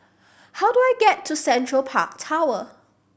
how do I get to Central Park Tower